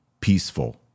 peaceful